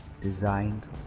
designed